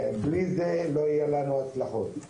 בלי זה לא יהיו לנו הצלחות.